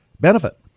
benefit